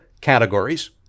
categories